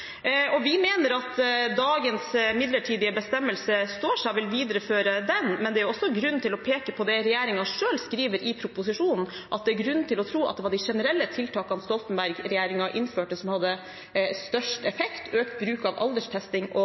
i. Vi mener at dagens midlertidige bestemmelse står seg, og vil videreføre den, men det er også grunn til å peke på det regjeringen selv skriver i proposisjonen, at det er grunn til å tro at det var de generelle tiltakene Stoltenberg-regjeringen innførte, som hadde størst effekt, som økt bruk av alderstesting,